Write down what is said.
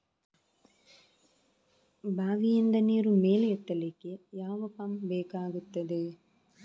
ಬಾವಿಯಿಂದ ನೀರು ಮೇಲೆ ಎತ್ತಲಿಕ್ಕೆ ಯಾವ ಪಂಪ್ ಬೇಕಗ್ತಾದೆ?